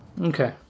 Okay